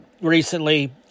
Recently